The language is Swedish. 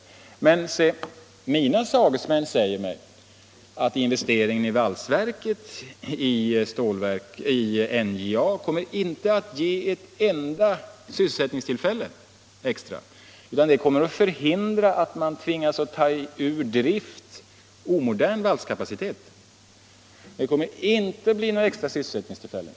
Men mina sagesmän har meddelat att investeringen i valsverket i NJA inte kommer att ge ett enda extra sysselsättningstillfälle, utan det kommer bara att förhindra att man tvingas ta ur drift omodern valskapacitet. Det kommer inte att bli någon extra sysselsättning alls.